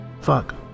Fuck